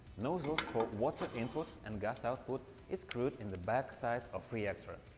nozzles for water input and gas output is screwed in the back side of reactor. ah